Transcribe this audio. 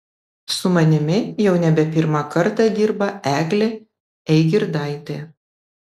su manimi jau nebe pirmą kartą dirba eglė eigirdaitė